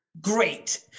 Great